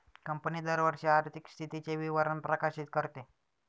company दरवर्षी आर्थिक स्थितीचे विवरण प्रकाशित करते